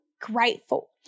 grateful